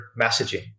messaging